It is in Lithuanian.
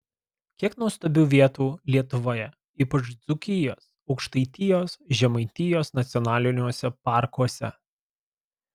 kiek nuostabių vietų lietuvoje ypač dzūkijos aukštaitijos žemaitijos nacionaliniuose parkuose